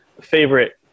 favorite